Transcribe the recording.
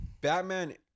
Batman